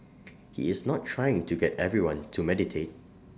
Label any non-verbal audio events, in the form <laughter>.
<noise> he is not trying to get everyone to meditate <noise>